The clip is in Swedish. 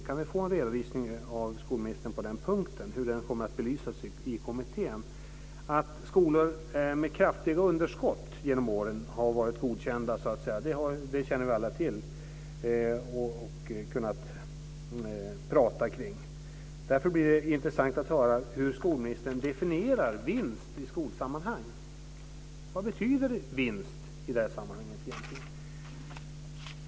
Kan vi få en redovisning av skolministern på den punkten? Hur kommer den att belysas i kommittén? Att skolor med kraftiga underskott genom åren har varit godkända känner vi alla till. Det har vi kunnat prata kring. Därför blir det intressant att höra hur skolministern definierar vinst i skolsammanhang. Vad betyder vinst i det här sammanhanget egentligen?